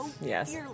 Yes